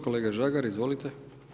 Kolega Žagar, izvolite.